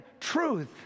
truth